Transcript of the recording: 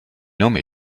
nome